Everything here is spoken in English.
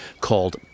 called